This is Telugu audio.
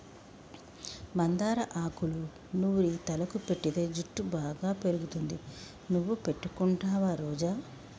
మందార ఆకులూ నూరి తలకు పెటితే జుట్టు బాగా పెరుగుతుంది నువ్వు పెట్టుకుంటావా రోజా